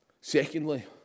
Secondly